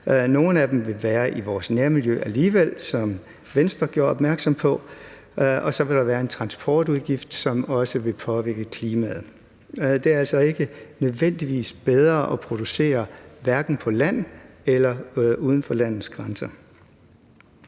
Nogle af dem vil være i vores nærmiljø alligevel, som Venstre gjorde opmærksom på. Og så vil der være en transportudgift, som også vil påvirke klimaet. Det er altså ikke nødvendigvis bedre at producere hverken på land eller uden for landets grænser.